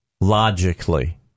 logically